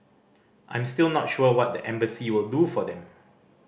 I'm still not sure what the embassy will do for them